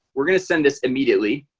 we're gonna send this immediately